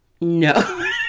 No